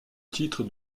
titre